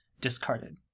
discarded